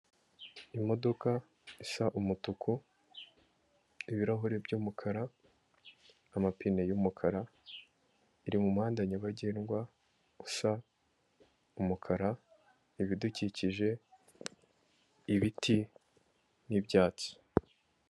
Imodoka isa umutuku, ibirahuri by'umukara, amapine y'umukara, iri mu muhanda nyabagendwa usa umukara, ibidukikije, ibiti n'ibyatsi.